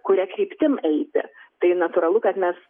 kuria kryptim eiti tai natūralu kad mes